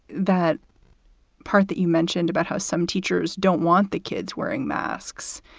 that part that you mentioned about how some teachers don't want the kids wearing masks.